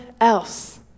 else